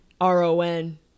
R-O-N